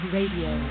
Radio